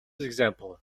example